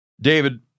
David